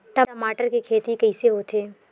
टमाटर के खेती कइसे होथे?